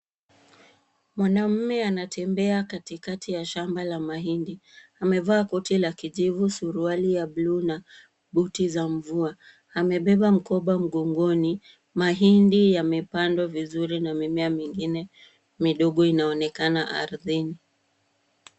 Mwanamume anatembea katikati ya shamba la mahindi . Amevaa koti la kijivu, suruali ya buluu na buti za mvua. Amebeba mkoba mgongoni . Mahindi yamepandwa vizuri na mimea mingine midogo inaonekana ardhini.